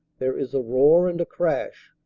there is a roar and a crash,